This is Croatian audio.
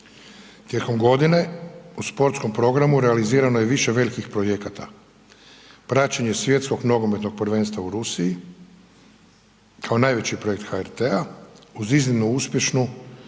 Tijekom godine u sportskom programu realizirano je više velikih projekata, praćenje Svjetskog nogometnog prvenstva u Rusiji kao najveći projekt HRT-a uz iznimno uspješnu